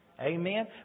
Amen